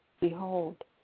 behold